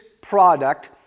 product